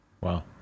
Wow